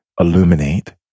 illuminate